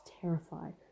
terrified